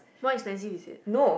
more expensive is it